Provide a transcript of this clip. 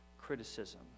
criticism